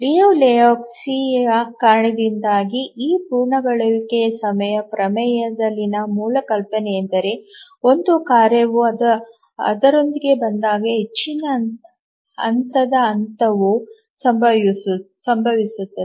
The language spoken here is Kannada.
ಲಿಯು ಲೆಹೋಜ್ಕಿಯ ಕಾರಣದಿಂದಾಗಿ ಈ ಪೂರ್ಣಗೊಳಿಸುವಿಕೆಯ ಸಮಯದ ಪ್ರಮೇಯದಲ್ಲಿನ ಮೂಲ ಕಲ್ಪನೆ ಯೆಂದರೆ ಒಂದು ಕಾರ್ಯವು ಅದರೊಂದಿಗೆ ಬಂದಾಗ ಹೆಚ್ಚಿನ ಹಂತದ ಹಂತವು ಸಂಭವಿಸುತ್ತದೆ